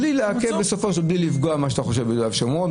בלי לפגוע ביהודה ושומרון,